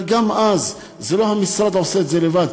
אבל גם אז זה לא המשרד עושה את זה לבד,